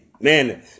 man